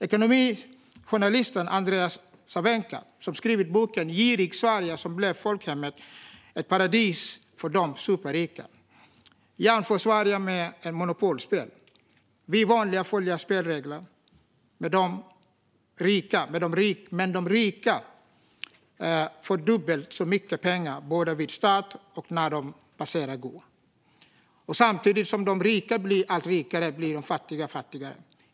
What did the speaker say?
Ekonomijournalisten Andreas Cervenka, som skrivit boken Girig-Sverige: Så blev folkhemmet ett paradis för d e superrika , jämför Sverige med ett monopolspel: Vi vanliga följer spelets regler, men de redan rika får dubbelt så mycket pengar både vid start och när de passerar "gå". Samtidigt som de rika blir allt rikare blir de fattigare allt fattigare.